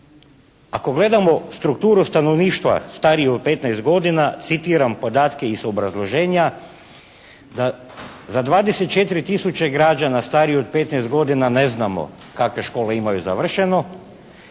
ako gledamo strukturu stanovništva stariju od petnaest godina citiram podatke iz obrazloženja da za 24000 građana stariji od 15 godina ne znamo kakve škole imaju završeno.